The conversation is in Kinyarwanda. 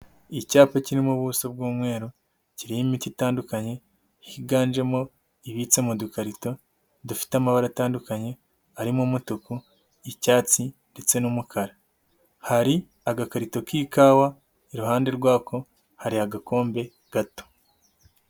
Icyapa kirimo ubuso bw'umweru, kiriho imiti itandukanye, higanjemo ibitse mu dukarito, dufite amabara atandukanye, arimo umutuku, icyatsi ndetse n'umukara, hari agakarito k'ikawa, iruhande rwako hari agakombe gato.